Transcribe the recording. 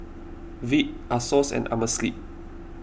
Veet Asos and Amerisleep